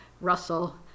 Russell